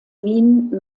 wien